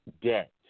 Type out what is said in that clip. debt